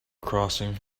crossing